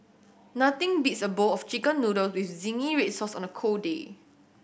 nothing beats a bowl of Chicken Noodles with zingy red sauce on a cold day